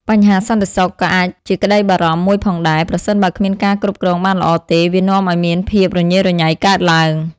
បញ្ហាសន្តិសុខ ក៏អាចជាក្តីបារម្ភមួយផងដែរ ប្រសិនបើគ្មានការគ្រប់គ្រងបានល្អទេ វានាំឲ្យមានភាពរញេរញ៉ៃកើតឡើង។